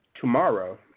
tomorrow